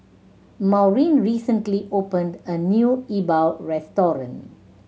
Maurine recently opened a new E Bua restaurant